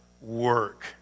work